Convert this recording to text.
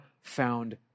found